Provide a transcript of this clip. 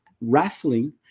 raffling